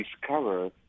discover